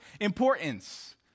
importance